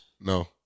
No